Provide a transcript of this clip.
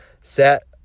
set